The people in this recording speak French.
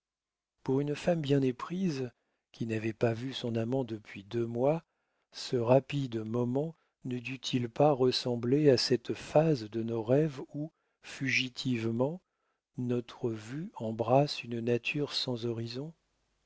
pour une femme bien éprise qui n'avait pas vu son amant depuis deux mois ce rapide moment ne dut-il pas ressembler à cette phase de nos rêves où fugitivement notre vue embrasse une nature sans horizon